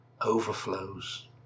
overflows